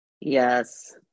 Yes